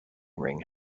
ring